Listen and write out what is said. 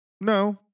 no